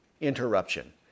interruption